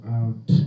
out